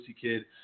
kid